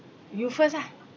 you first ah